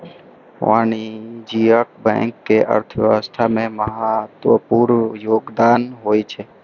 वाणिज्यिक बैंक के अर्थव्यवस्था मे महत्वपूर्ण योगदान होइ छै